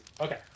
Okay